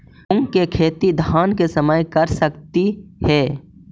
मुंग के खेती धान के समय कर सकती हे?